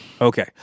Okay